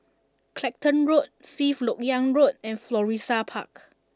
Clacton Road Fifth Lok Yang Road and Florissa Park